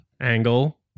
angle